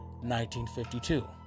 1952